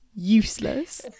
useless